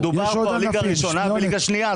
מדובר כאן על ליגה ראשונה ועל ליגה שנייה.